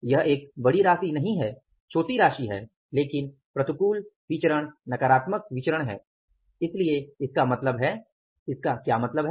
यह एक बड़ी राशि नही है छोटी राशि लेकिन प्रतिकूल विचरण नकारात्मक विचरण है इसलिए इसका मतलब है इसका क्या मतलब है